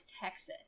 Texas –